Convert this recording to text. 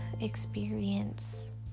experience